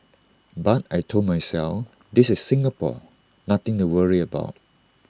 but I Told myself this is Singapore nothing to worry about